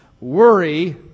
Worry